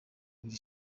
ibiri